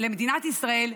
למדינת ישראל,